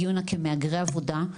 הגיעו הנה כמהגרי עבודה,